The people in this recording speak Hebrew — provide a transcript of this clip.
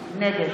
נגד